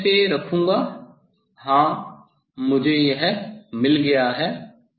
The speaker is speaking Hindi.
फिर मैं इसे रखूँगा हां मुझे यह मिल गया है